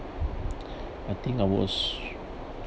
I think I was